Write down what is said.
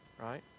right